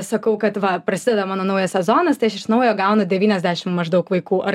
sakau kad va prasideda mano naujas sezonas tai aš iš naujo gaunu devyniasdešim maždaug vaikų ar